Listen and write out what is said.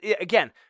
again